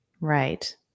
Right